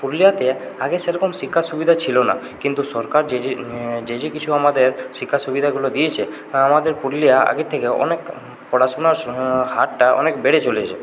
পুরুলিয়াতে আগে সেরকম শিক্ষার সুবিধা ছিল না কিন্তু সরকার যে যে যে যে কিছু আমাদের শিক্ষার সুবিধাগুলো দিয়েছে তা আমাদের পুরুলিয়া আগের থেকে অনেক পড়াশোনার হারটা অনেক বেড়ে চলেছে